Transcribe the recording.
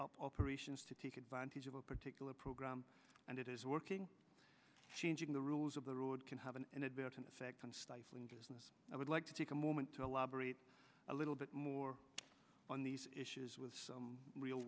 up operations to take advantage of a particular program and it is working changing the rules of the road can have an inadvertent effect on stifling business i would like to take a moment to elaborate a little bit more on these issues with